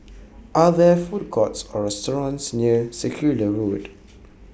Are There Food Courts Or restaurants near Circular Road